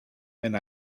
and